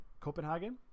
copenhagen